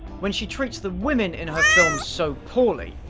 when she treats the women in her films so poorly.